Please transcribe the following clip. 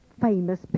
famous